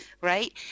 right